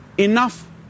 Enough